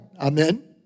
Amen